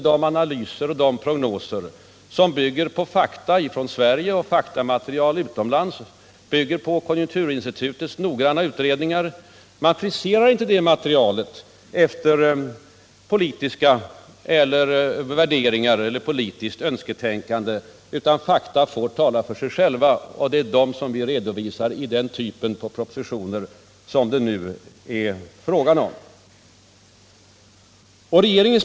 De analyser och prognoser som bygger på fakta från Sverige och utlandet och på konjunkturinstitutets noggranna utredningar friserar vi inte efter politiska värderingar eller politiskt önsketänkande, utan fakta får tala för sig själva. Det är alltså dessa fakta vi redovisar i den typ av propositioner som det nu är fråga om.